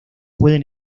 pueden